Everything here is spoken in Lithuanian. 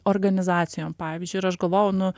organizacijom pavyzdžiui ir aš galvojau nu